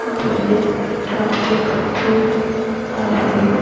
दिल्लीत ट्राॅफिक खूप आहे